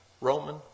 Roman